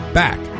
back